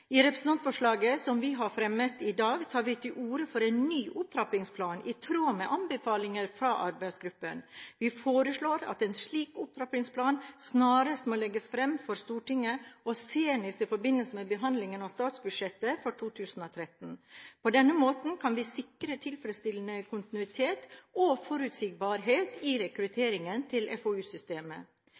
I representantforslaget som vi har fremmet i dag, tar vi til orde for en ny opptrappingsplan i tråd med anbefalinger fra arbeidsgruppen. Vi foreslår at en slik opptrappingsplan snarest må legges fram for Stortinget og senest i forbindelse med behandlingen av statsbudsjettet for 2013. På denne måten kan vi sikre tilfredsstillende kontinuitet og forutsigbarhet i rekrutteringen til